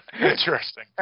Interesting